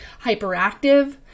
hyperactive